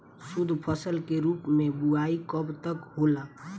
शुद्धफसल के रूप में बुआई कब तक होला?